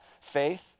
faith